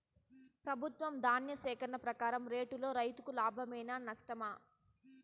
ప్రభుత్వం ధాన్య సేకరణ ప్రకారం రేటులో రైతుకు లాభమేనా నష్టమా?